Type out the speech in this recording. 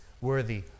worthy